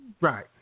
Right